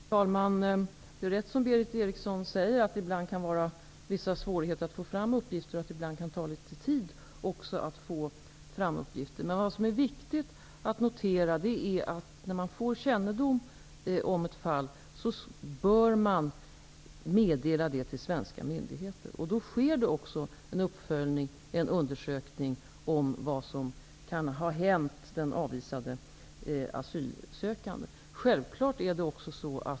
Fru talman! Det är rätt, som Berith Eriksson säger, att det ibland kan vara vissa svårigheter att få fram uppgifter. Det kan ibland ta litet tid att få fram uppgifter. Det är dock viktigt att notera att när man får kännedom om ett fall, bör man meddela det till svenska myndigheter. Då sker det också en uppföljning och en undersökning av vad som kan ha hänt den avvisade asylsökande.